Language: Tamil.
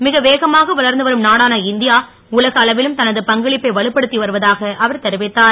மிக வேகமாக வளர்ந்துவரும் நாடான இந் யா உலக அளவிலும் தனது பங்களிப்பை வலுப்படுத் வருவதாக அவர் தெரிவித்தார்